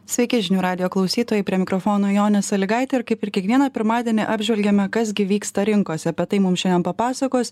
sveiki žinių radijo klausytojai prie mikrofono jonė salygaitė ir kaip ir kiekvieną pirmadienį apžvelgiame kas gi vyksta rinkose apie tai mum šiandien papasakos